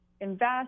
invest